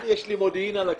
יש לי מודיעין על הכול.